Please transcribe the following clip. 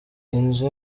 inzu